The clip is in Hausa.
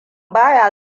baya